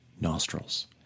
nostrils